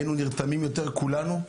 היינו נרתמים יותר כולנו,